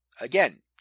Again